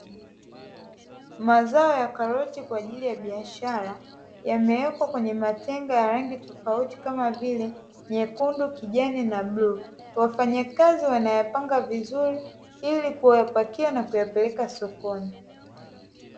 Mazao ya karoti kwa ajili ya biashara, yamewekwa kwenye matenga ya rangi tofauti, kama vile; nyekundu, kijani na bluu. Wafanyakazi wanayapanga vizuri ili kuyapakia na kuyapeleka sokoni.